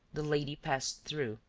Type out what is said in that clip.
the lady passed through.